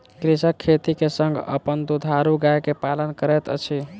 कृषक खेती के संग अपन दुधारू गाय के पालन करैत अछि